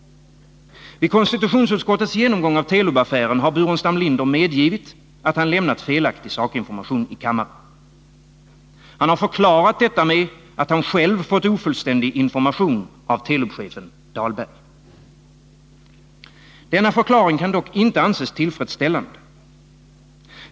Vid konstitutionsutskottets genomgång av Telub-affären har Staffan Burenstam Linder medgivit att han lämnat felaktig sakinformation i kammaren. Han har förklarat detta med att han själv fått ofullständig information av Telub-chefen Dahlberg. Denna förklaring kan dock inte anses tillfredsställande.